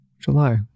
July